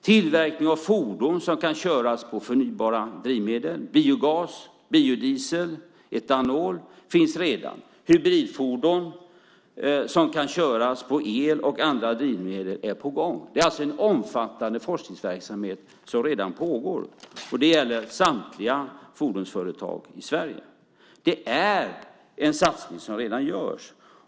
Tillverkning av fordon som kan köras på förnybara drivmedel - biogas, biodiesel och etanol - finns redan. Hybridfordon som kan köras på el och andra drivmedel är på gång. Det pågår alltså redan en omfattande forskning. Det gäller samtliga fordonsföretag i Sverige. Det är en satsning som redan görs.